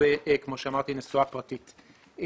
וכמו שאמרתי, נסועה פרטית.